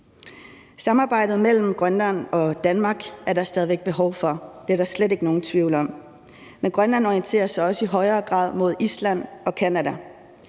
Samarbejdet mellem Grønland og Danmark er der stadig væk behov for – det er der slet ikke nogen tvivl om. Men Grønland orienterer sig også i højere grad mod Island og Canada.